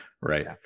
Right